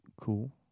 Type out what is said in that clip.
Cool